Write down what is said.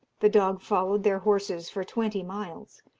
the dog followed their horses for twenty miles,